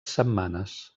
setmanes